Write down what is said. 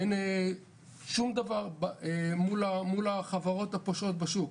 אין שום דבר מול החברות הפושעות בשוק.